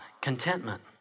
contentment